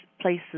places